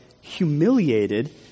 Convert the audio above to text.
humiliated